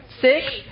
Six